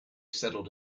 settled